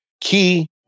key